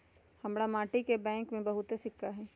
हमरा माटि के बैंक में बहुते सिक्का हई